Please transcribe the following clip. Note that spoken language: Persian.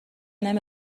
نمی